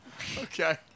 Okay